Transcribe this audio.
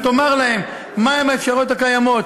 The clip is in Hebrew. נאמר להם מה האפשרויות הקיימות.